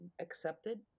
accepted